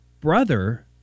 brother